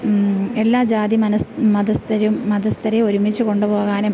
എല്ലാ ജാതി മതസ്ഥരും മതസ്ഥരെയും ഒരുമിച്ച് കൊണ്ടുപോകാനും